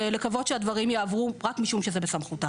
ולקוות שהדברים יעברו רק משום שזה בסמכותה.